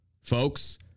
Folks